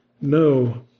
no